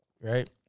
right